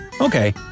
Okay